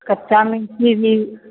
कच्चा